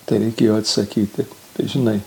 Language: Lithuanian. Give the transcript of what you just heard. tai reikėjo atsakyti žinai